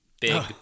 big